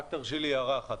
תרשי לי הערה אחת.